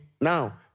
now